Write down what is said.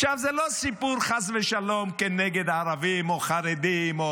זה לא סיפור, חס ושלום, כנגד ערבים או חרדים.